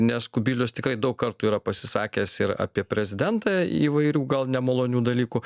nes kubilius tikrai daug kartų yra pasisakęs ir apie prezidentą įvairių gal nemalonių dalykų